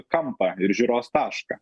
kampą ir žiūros tašką